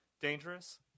dangerous